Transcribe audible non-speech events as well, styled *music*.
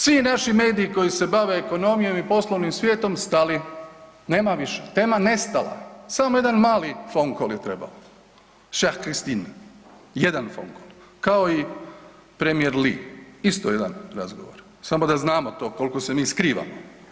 Svi naši mediji koji se bave ekonomijom i poslovnim svijetom stali, nema više, tema nestala, samo jedan mali foncall je trebao, … *unintelligible* jedan foncall kao i premijer Lee isto jedan razgovor samo da znamo to koliko se mi skrivamo.